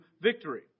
victory